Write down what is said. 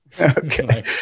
okay